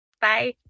bye